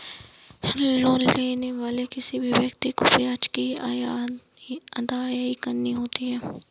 loan लेने वाले किसी भी व्यक्ति को ब्याज की अदायगी करनी होती है